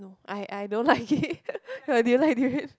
know I I don't like it I didn't like durian